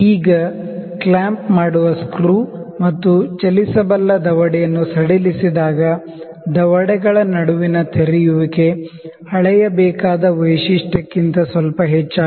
ಈಗ ಕ್ಲ್ಯಾಂಪ್ ಮಾಡುವ ಸ್ಕ್ರೂ ಮತ್ತು ಚಲಿಸಬಲ್ಲ ದವಡೆ ಯನ್ನುಸಡಿಲಿಸಿದಾಗ ದವಡೆಗಳ ನಡುವಿನ ತೆರೆಯುವಿಕೆ ಅಳೆಯಬೇಕಾದ ವೈಶಿಷ್ಟ್ಯ ಕ್ಕಿಂತ ಸ್ವಲ್ಪ ಹೆಚ್ಚಾಗಿದೆ